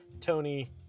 tony